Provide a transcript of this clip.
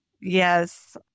Yes